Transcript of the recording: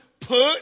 put